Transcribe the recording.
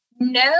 No